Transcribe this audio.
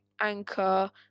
Anchor